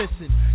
listen